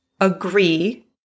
Agree